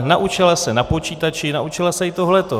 Naučila se na počítači, naučila se i tohle.